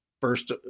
First